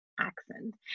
accent